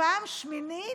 פעם שמינית.